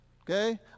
Okay